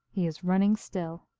he is running still.